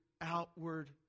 outward